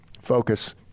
focus